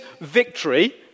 victory